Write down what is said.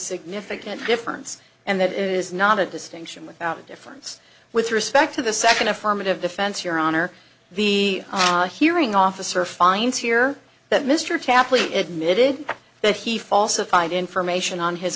significant difference and that is not a distinction without a difference with respect to the second affirmative defense your honor the hearing officer finds here that mr tapley admitted that he falsified information on his